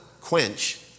quench